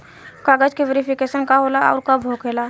कागज के वेरिफिकेशन का हो खेला आउर कब होखेला?